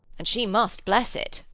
and she must bless it.